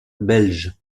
belge